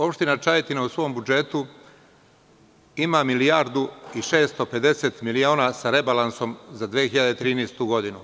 Opština Čajetina u svom budžetu ima 1.650.000.000 sa rebalansom za 2013. godinu.